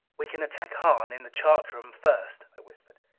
we can attack hahn in the chart room first, i whispered.